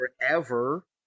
forever